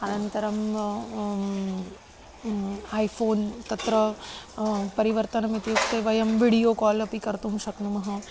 अनन्तरम् iPhone तत्र परिवर्तनम् इत्युक्ते वयं विडियो काल् अपि कर्तुं शक्नुमः